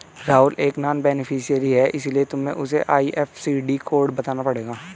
राहुल एक non beneficiary है इसीलिए तुम्हें उसे आई.एफ.एस.सी कोड बताना पड़ेगा